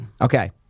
Okay